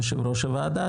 יו"ר הוועדה,